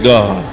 God